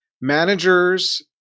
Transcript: managers